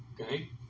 okay